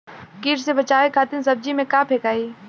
कीट से बचावे खातिन सब्जी में का फेकाई?